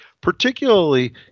particularly